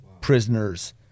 prisoners